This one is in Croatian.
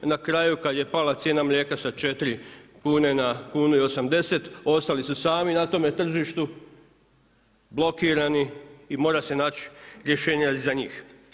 Na kraju kada je pala cijena mlijeka sa 4 kune na kunu i 80 ostali su sami na tome tržištu, blokirani i mora se naći rješenja i za njih.